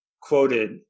quoted